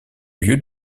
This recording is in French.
lieu